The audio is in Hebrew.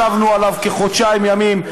ישבנו עליו כחודשיים ימים.